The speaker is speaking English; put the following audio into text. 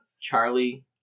Charlie